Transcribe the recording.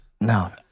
No